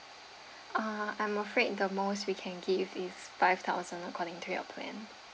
uh I'm afraid the most we can give is five thousand according to your plan